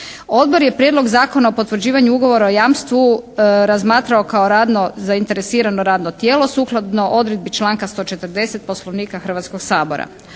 Odbor je Prijedlog zakona o potvrđivanju Ugovora o jamstvu razmatrao kao radno, zainteresirano radno tijelo sukladno odredbi članka 140. Poslovnika Hrvatskog sabora.